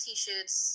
T-shirts